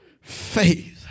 Faith